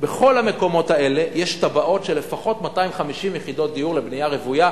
בכל המקומות האלה יש תב"עות של לפחות 250 יחידות דיור לבנייה רוויה,